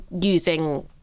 using